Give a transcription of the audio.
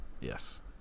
yes